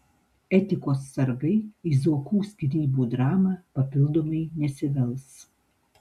etikos sargai į zuokų skyrybų dramą papildomai nesivels